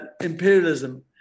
imperialism